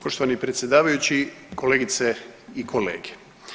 Poštovani predsjedavajući, kolegice i kolege.